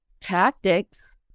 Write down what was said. tactics